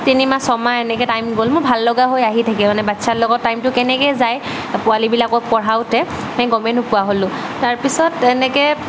ত' তিনিমাহ ছমাহ এনেকে টাইম গ'ল মোৰ ভাল লগা হৈ আহি থাকিল মানে বাচ্ছাৰ লগত টাইমটো কেনেকে যায় পোৱালিবিলাকক পঢ়াওঁতে গমেই নোপোৱা হ'লো তাৰ পিছত এনেকে